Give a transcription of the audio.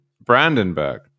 Brandenburg